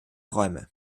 räume